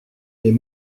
les